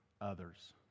others